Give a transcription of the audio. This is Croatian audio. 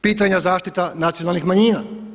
Pitanja zaštita nacionalnih manjina?